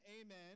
amen